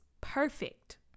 perfect